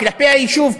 כלפי היישוב,